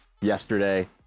yesterday